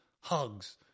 hugs